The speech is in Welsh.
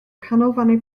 canolfannau